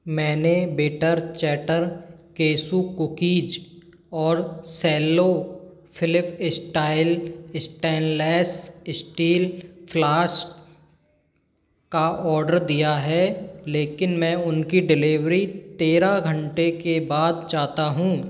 मैंने better chatter cashew cookies और Cello flip style stainless steel flask का order दिया है लेकिन मैं उनकी डिलीवरी तेरह घंटे के बाद चाहता हूँ